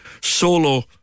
solo